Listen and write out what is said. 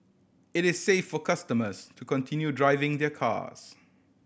it is safe for customers to continue driving their cars